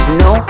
no